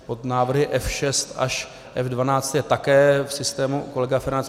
Pod návrhy F6 až F12 je také v systému kolega Feranec.